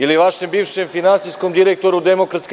Ili vašem bivšem finansijskom direktoru DS?